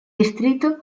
distrito